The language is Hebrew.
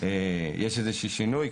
יש איזשהו שינוי?